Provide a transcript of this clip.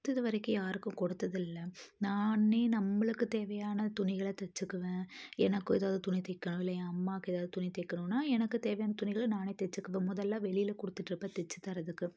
கற்று இது வரைக்கும் யாருக்கும் கொடுத்தது இல்லை நானே நம்மளுக்கு தேவையான துணிகள தச்சிக்குவேன் எனக்கு எதாவது துணி தைக்கனும் இல்லை என் அம்மாவுக்கு எதாவது துணி தைக்கணும்னால் எனக்கு தேவையான துணிகளை நானே தச்சிக்குவேன் முதல்லாம் வெளியில கொடுத்துட்டு இருப்பேன் தச்சு தரதுக்கு